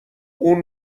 اون